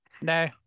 No